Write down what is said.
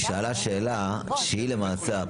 היא שאלה שאלה שהיא האבסורד למעשה.